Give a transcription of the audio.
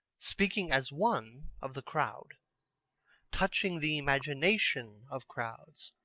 speaking as one of the crowd touching the imagination of crowds.